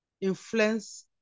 influence